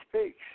speaks